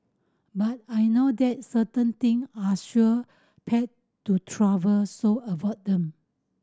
but I know that certain thing are sure path to travel so avoid them